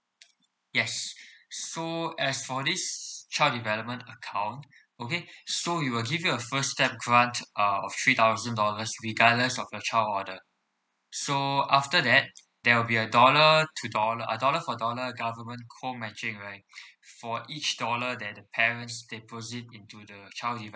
yes so as for this child development account okay so we will give you a first step grant uh of three thousand dollars regardless of your child order so after that there will be a dollar to dollar uh dollar for dollar government co matching right for each dollar that the parents deposit into the child development